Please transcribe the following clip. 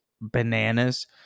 bananas